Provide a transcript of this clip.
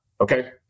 Okay